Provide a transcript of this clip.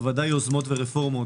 בוודאי יוזמות ורפורמות,